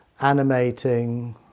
animating